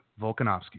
Volkanovsky